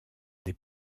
des